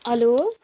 hello